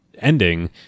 ending